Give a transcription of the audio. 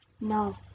No